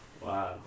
wow